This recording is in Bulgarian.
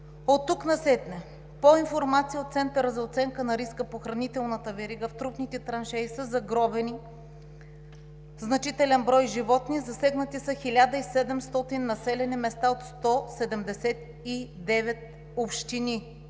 Оттук насетне по информация от Центъра за оценка на риска по хранителната верига в трупните траншеи са загробени значителен брой животни, засегнати са 1700 населени места от 179 общини